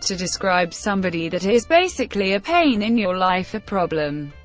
to describe somebody that is basically a pain in your life, a problem.